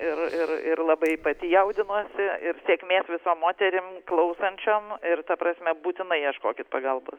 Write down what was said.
ir ir ir labai pati jaudinuosi ir sėkmės visom moterim klausančiom ir ta prasme būtinai ieškokit pagalbos